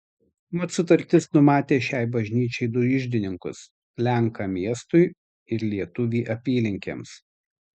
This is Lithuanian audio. mat sutartis numatė šiai bažnyčiai du iždininkus lenką miestui ir lietuvį apylinkėms